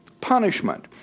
punishment